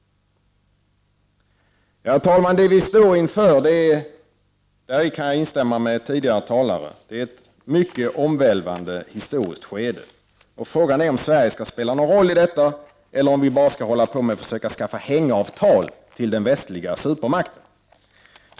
Herr talman! Vad vi står inför är — därvidlag kan jag instämma med tidigare talare — ett mycket omvälvande historiskt skede. Och frågan är om Sverige skall spela någon roll i detta, eller om vi bara skall försöka skaffa hängavtal i förhållande till den västliga supermakten.